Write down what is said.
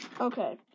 Okay